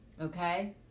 okay